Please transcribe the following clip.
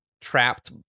trapped